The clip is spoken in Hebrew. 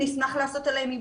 נשמח לעשות עליהם עיבוד.